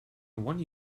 wonder